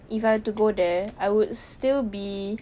if I were to go there I would still be